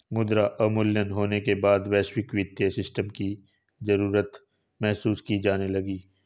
मुद्रा अवमूल्यन होने के बाद वैश्विक वित्तीय सिस्टम की ज्यादा जरूरत महसूस की जाने लगी